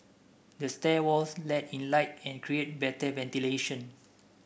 the stair walls let in light and create better ventilation